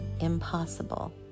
impossible